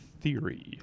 theory